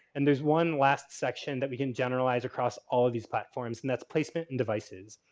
and there's one last section that we can generalize across all of these platforms and that's placement and devices.